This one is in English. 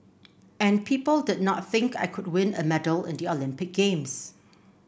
and people did not think I could win a medal in the Olympic Games